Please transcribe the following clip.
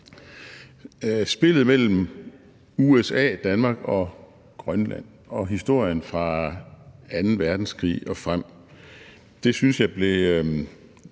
Spillet mellem USA, Danmark og Grønland og historien fra anden verdenskrig og frem synes jeg blev